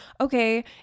okay